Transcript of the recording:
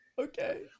Okay